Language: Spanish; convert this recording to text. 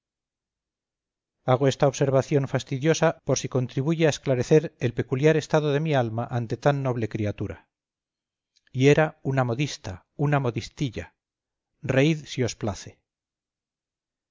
hago esta observación fastidiosa por si contribuye a esclarecer el peculiar estado de mi alma ante tan noble criatura y era una modista una modistilla reíd si